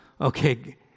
okay